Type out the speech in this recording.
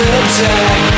attack